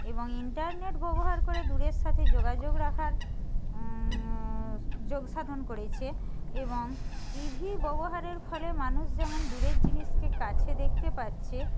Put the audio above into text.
এবং ইন্টারনেট ব্যবহার করে দূরের সাথে যোগাযোগ রাখার যোগসাধন করেছে এবং টিভি ব্যবহারের ফলে মানুষ যেমন দূরের জিনিসকে কাছে দেখতে পাচ্ছে